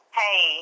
hey